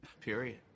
Period